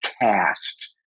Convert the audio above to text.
cast